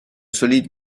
solides